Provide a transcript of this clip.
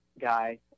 guy